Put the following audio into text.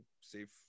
safe